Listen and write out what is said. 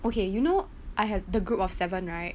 okay you know I have the group of seven right